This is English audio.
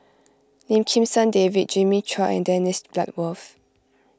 Lim Kim San David Jimmy Chua and Dennis Bloodworth